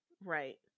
Right